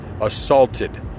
assaulted